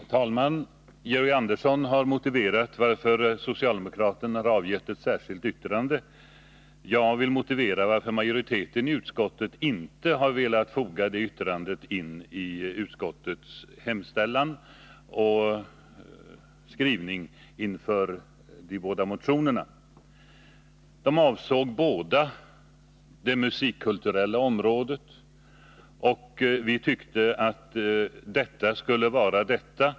Herr talman! Georg Andersson har motiverat varför socialdemokraterna har avgivit ett särskilt yttrande. Jag vill motivera varför majoriteten i utskottet inte har velat foga in det yttrandet i utskottets skrivning och hemställan beträffande de båda motionerna. Båda motionerna avsåg det musikkulturella området, och vi tyckte i utskottsmajoriteten att betänkandet skulle avse detta.